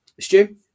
Stu